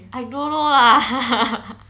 I don't know lah